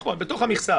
נכון, אבל בתוך המכסה.